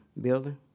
building